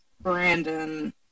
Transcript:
Brandon